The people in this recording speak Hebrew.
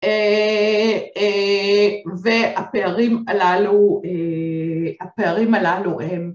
והפערים הללו, הפערים הללו הם